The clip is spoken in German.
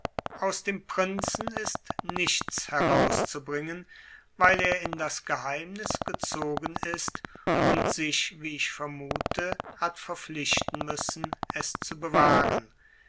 aus dem prinzen ist nichts herauszubringen weil er in das geheimnis gezogen ist und sich wie ich vermute hat verpflichten müssen es zu bewahren